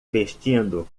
vestindo